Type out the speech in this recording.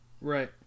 right